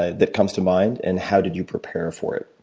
ah that comes to mind, and how did you prepare for it?